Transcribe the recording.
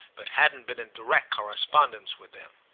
but hadn't been in direct correspondence with them.